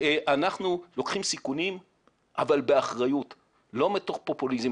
אנחנו לוקחים סיכונים אבל באחריות ולא מתוך פופוליזם.